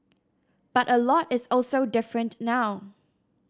but a lot is also different now